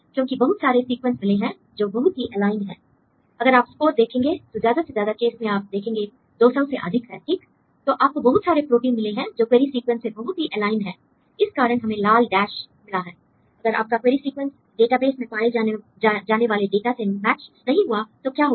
क्योंकि बहुत सारे सीक्वेंस मिले हैं जो बहुत ही एलाइंड हैं l अगर आप स्कोर देखेंगे तो ज्यादा से ज्यादा केस में आप देखेंगे 200 से अधिक है ठीक l तो आपको बहुत सारे प्रोटीन मिले हैं जो क्वेरी सीक्वेंस से बहुत ही एलाइंड हैं इस कारण हमें लाल डैश मिला है l अगर आपका क्वेरी सीक्वेंस डेटाबेस में पाए जाने वाले डेटा से मैच नहीं हुआ तो क्या होगा